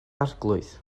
arglwydd